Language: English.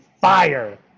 fire